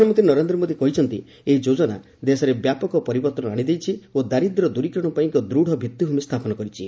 ପ୍ରଧାନମନ୍ତ୍ରୀ ନରେନ୍ଦ୍ର ମୋଦି କହିଛନ୍ତି ଏହି ଯୋଜନା ଦେଶରେ ବ୍ୟାପକ ପରିବର୍ତ୍ତନ ଆଣିଦେଇଛି ଓ ଦାରିଦ୍ର୍ୟ ଦୂରୀକରଣ ପାଇଁ ଏକ ଦୃଢ଼ ଭିତ୍ତିଭୂମି ସ୍ଥାପନ କରିଛି